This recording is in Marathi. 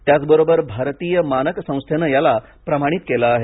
त्याच बरोबर भारतीय मानक संस्थेनं याला प्रमाणित केलं आहे